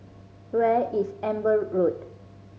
where is Amber Road